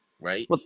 Right